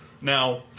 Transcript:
Now